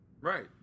Right